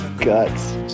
Guts